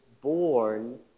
born